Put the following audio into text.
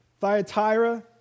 Thyatira